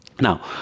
Now